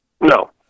No